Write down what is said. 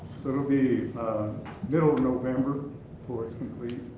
so it'll be middle of november before it's